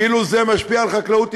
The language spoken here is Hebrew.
כאילו זה משפיע על חקלאות ישראל,